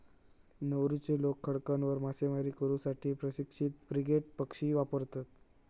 नौरूचे लोक खडकांवर मासेमारी करू साठी प्रशिक्षित फ्रिगेट पक्षी वापरतत